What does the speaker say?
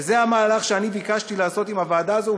וזה המהלך שאני ביקשתי לעשות עם הוועדה הזאת,